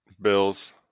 bills